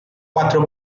quattro